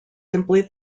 simply